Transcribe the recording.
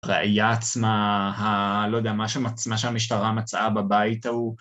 ראייה עצמה, לא יודע, מה שהמשטרה מצאה בבית ההוא...